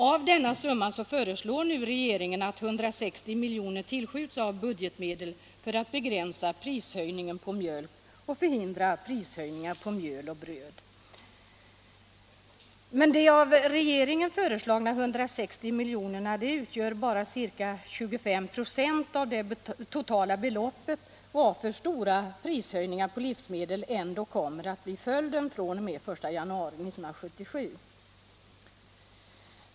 Av denna summa föreslår nu regeringen att 160 miljoner tillskjuts av budgetmedel för att begränsa prishöjningen på mjölk och förhindra prishöjningar på mjöl och bröd. Men de av regeringen föreslagna 160 miljonerna utgör bara ca 25 96 av det totala beloppet, varför stora prishöjningar på livsmedel ändå kommer att bli följden fr.o.m. den 1 januari 1977.